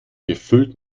gefüllt